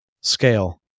scale